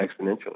exponentially